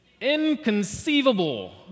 Inconceivable